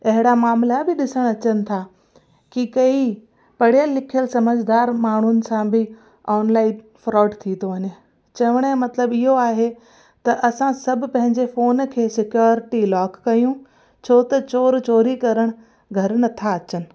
अहिड़ा मामला बि ॾिसणु अचनि था कि कई पढ़ियल लिखियल समझदार माण्हुनि सां बि ऑनलाइन फ्रॉड थी थो वञे चवण जो मतिलबु इहो आहे त असां सभु पंहिंजे फ़ोन खे सिकियोरिटी लॉक कयूं छो त चोर चोरी करणु घर नथा अचनि